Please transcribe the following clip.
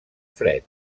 fred